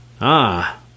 Ah